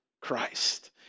Christ